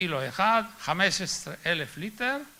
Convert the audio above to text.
‫קילו אחד, 15 אלף ליטר.